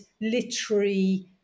literary